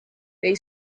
they